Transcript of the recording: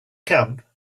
camp